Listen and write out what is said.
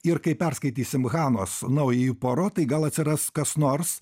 ir kai perskaitysim hanos naująjį puaro tai gal atsiras kas nors